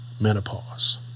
menopause